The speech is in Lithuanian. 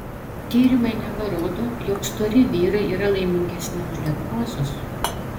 tyrimai neva rodo jog stori vyrai yra laimingesni už lieknuosius